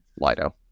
Lido